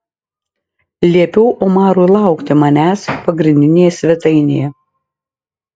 liepiau omarui laukti manęs pagrindinėje svetainėje